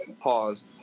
Pause